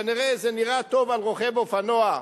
זה כנראה נראה טוב על רוכב אופנוע.